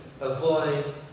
avoid